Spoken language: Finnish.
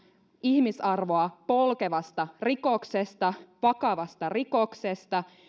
ihmisarvoa polkevasta rikoksesta vakavasta rikoksesta